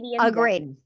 Agreed